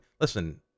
Listen